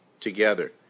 together